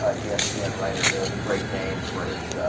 ah yes bien writer there's a great name for his